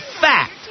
fact